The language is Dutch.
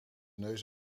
neus